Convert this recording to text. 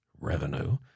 revenue